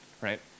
right